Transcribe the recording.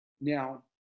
Now